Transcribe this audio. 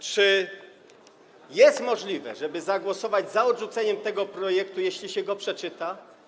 Czy jest możliwe, żeby zagłosować za odrzuceniem tego projektu, jeśli się go przeczyta?